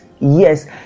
yes